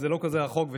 לא רחוק כל כך,